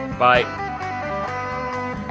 Bye